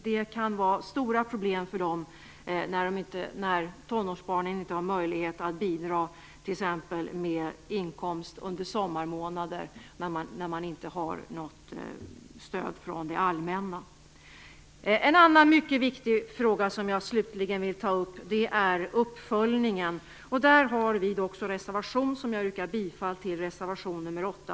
De kan ha stora problem eftersom tonårsbarnen inte har möjlighet att bidra med inkomst under sommarmånaderna när man inte har något stöd från det allmänna. En annan mycket viktig fråga som jag vill ta upp är uppföljningen. Där har vi också en reservation som jag yrkar bifall till, reservation nummer 8.